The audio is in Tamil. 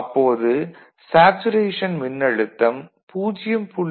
அப்போது சேச்சுரேஷன் மின்னழுத்தம் 0